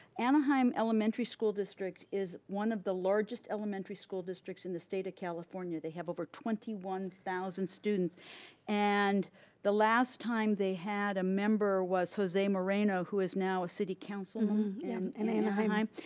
anaheim elementary school district is one of the largest elementary school districts in the state of california. they have over twenty one, zero students and the last time they had a member was jose moranoe who is now a city councilman in anaheim.